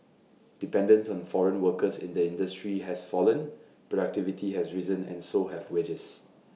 dependence on foreign workers in the industry has fallen productivity has risen and so have wages